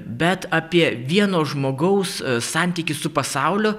bet apie vieno žmogaus santykį su pasauliu